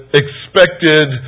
expected